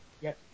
yes